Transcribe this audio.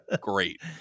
Great